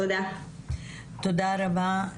תודה רבה.